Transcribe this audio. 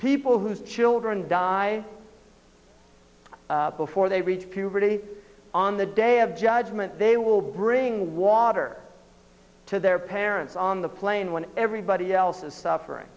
people whose children die before they reach puberty on the day of judgment they will bring water to their parents on the plane when everybody else is suffering